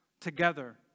together